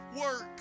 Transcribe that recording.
work